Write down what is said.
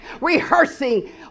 rehearsing